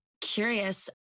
curious